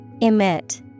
Emit